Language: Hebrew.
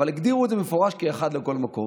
אבל הגדירו את הזה במפורש כאחד לכל מקום.